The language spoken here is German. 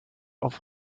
auf